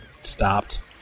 stopped